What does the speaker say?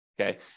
okay